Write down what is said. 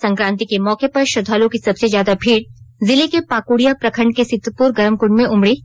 संक्रांति के मौके पर श्रद्वालुओं की सबसे ज्यादा भीड़ जिले के पाकुड़िया प्रखंड के सितपुर गरम कुंड में उमड़ी